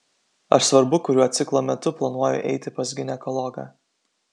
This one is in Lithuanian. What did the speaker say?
ar svarbu kuriuo ciklo metu planuoju eiti pas ginekologą